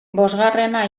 bosgarrena